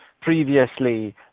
previously